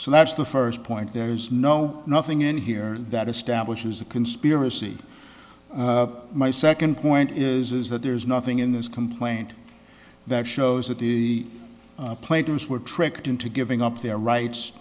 so that's the first point there's no nothing in here that establishes a conspiracy my second point is is that there's nothing in this complaint that shows that the platers were tricked into giving up their rights